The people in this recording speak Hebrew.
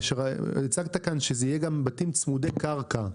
הצגת כאן שיהיו גם בתים צמודי קרקע.